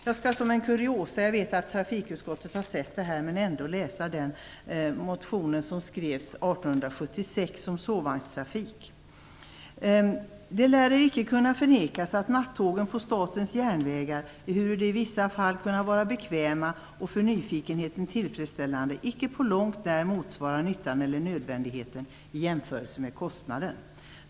Jag skall som kuriosa - jag vet att trafikutskottet har sett den - läsa den motion som skrevs 1876 om sovvagnstrafik: "Det lärer icke kunna förnekas att nattågen på statens jernvägar, ehuru de i vissa fall kunna vara beqväma och för nyfikenheten tillfredsställande, icke på långt när motsvara nyttan eller nödvändigheten, i jemförelse med kostnaden.